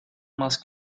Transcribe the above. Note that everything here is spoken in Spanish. más